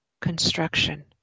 construction